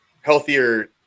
healthier